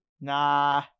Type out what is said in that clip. Nah